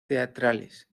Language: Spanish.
teatrales